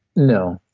no.